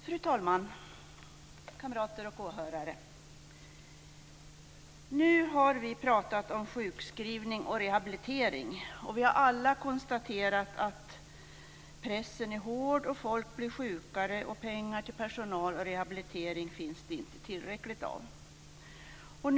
Fru talman! Kamrater och åhörare! Nu har vi pratat om sjukskrivning och rehabilitering. Vi har alla konstaterat att pressen är hård, att folk blir sjukare och att det inte finns tillräckligt med pengar till personal och rehabilitering.